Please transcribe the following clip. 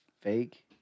fake